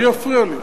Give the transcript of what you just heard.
מי יפריע לי?